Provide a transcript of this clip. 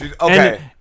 okay